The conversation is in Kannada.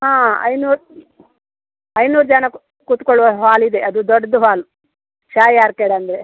ಹಾಂ ಐನೂರು ಐನೂರು ಜನ ಕೂತ್ಕೊಳ್ಳುವ ಹಾಲ್ ಇದೆ ಅದು ದೊಡ್ಡದು ಹಾಲ್ ಸಾಯಿ ಆರ್ಕೇಡ್ ಅಂದರೆ